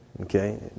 Okay